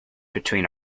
between